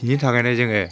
बिनि थाखायनो जोङो